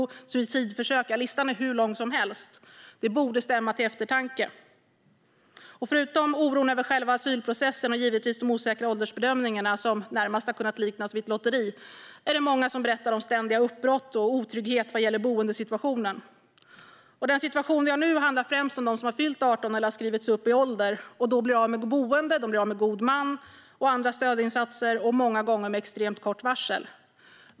Det är suicidförsök. Ja, listan är hur lång som helst. Det borde mana till eftertanke. Förutom oron över själva asylprocessen och givetvis de osäkra åldersbedömningarna, som närmast har kunnat liknas vid ett lotteri, är det många som berättar om ständiga uppbrott och otrygghet vad gäller boendesituationen. Den situation vi har nu handlar främst om de som har fyllt 18 eller som har skrivits upp i ålder och då blir av med boende, god man och andra stödinsatser, många gånger med extremt kort varsel.